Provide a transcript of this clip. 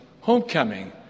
Homecoming